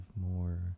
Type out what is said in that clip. more